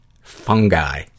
Fungi